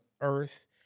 Earth